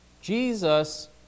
Jesus